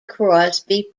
crosby